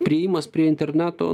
priėjimas prie interneto